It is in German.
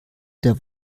der